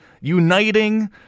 uniting